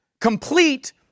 Complete